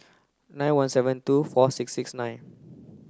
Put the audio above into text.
nine one seven two four six six nine